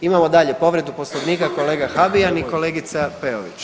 Imamo dalje povredu Poslovnika kolega Habijan i kolegica Peović.